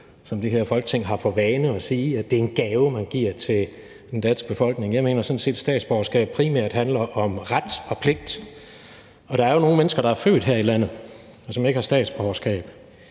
det her Folketing har for vane at sige til den danske befolkning: Det er en gave, man giver. Jeg mener sådan set, at statsborgerskab primært handler om ret og pligt. Og der er jo nogle mennesker, der er født her i landet, og som ikke har statsborgerskab.